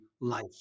life